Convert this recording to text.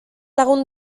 lagun